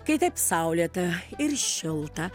kai taip saulėta ir šilta